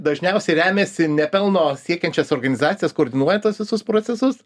dažniausiai remiasi ne pelno siekiančios organizacijos koordinuoja tuos visus procesus